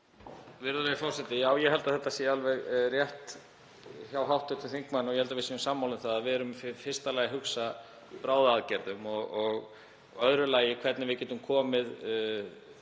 Virðulegi forseti. Já, ég held að þetta sé alveg rétt hjá hv. þingmanni og ég held að við séum sammála um að við erum í fyrsta lagi að hugsa í bráðaaðgerðum og í öðru lagi hvernig við getum komið